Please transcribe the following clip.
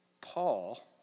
Paul